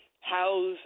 house